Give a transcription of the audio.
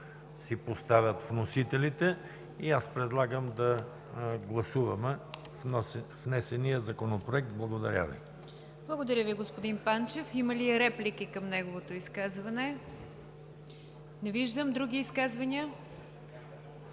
си поставят вносителите и аз предлагам да гласуваме внесения Законопроект. Благодаря Ви. ПРЕДСЕДАТЕЛ НИГЯР ДЖАФЕР: Благодаря Ви, господин Панчев. Има ли реплики към неговото изказване? Не виждам. Други изказвания?